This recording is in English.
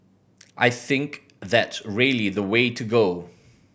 I think that's really the way to go